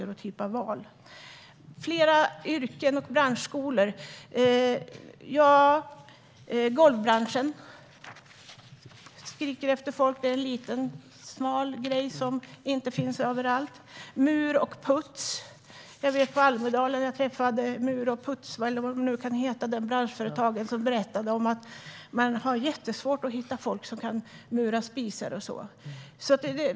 När det gäller förslag på fler yrken och branschskolor kan jag nämna golvbranschen, som skriker efter folk. Det är en liten och smal bransch som inte finns överallt. Det gäller även mur och puts. I Almedalen träffade jag den branschen, och man berättade att man har jättesvårt att hitta folk som kan mura spisar och så vidare.